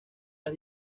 las